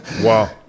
Wow